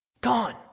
gone